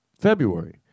February